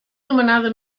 nomenada